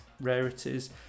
rarities